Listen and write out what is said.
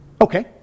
Okay